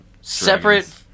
Separate